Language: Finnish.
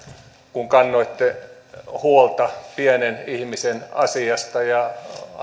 kun kannoitte huolta pienen ihmisen asiasta ja